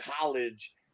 college